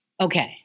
Okay